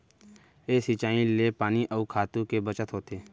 ए सिंचई ले पानी अउ खातू के बचत होथे